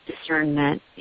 discernment